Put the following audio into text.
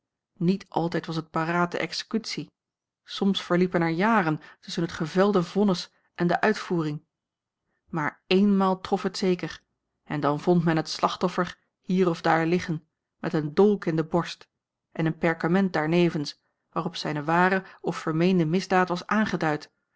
niet altijd was het parate executie soms verliepen a l g bosboom-toussaint langs een omweg er jaren tusschen het gevelde vonnis en de uitvoering maar eenmaal trof het zeker en dan vond men het slachtoffer hier of daar liggen met een dolk in de borst en een perkament daarnevens waarop zijne ware of vermeende misdaad was aangeduid